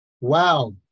Wow